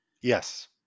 Yes